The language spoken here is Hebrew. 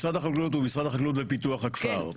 משרד החקלאות הוא משרד החקלאות ופיתוח הכפר.